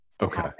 Okay